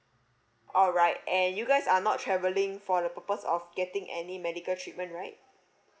alright and you guys are not travelling for the purpose of getting any medical treatment right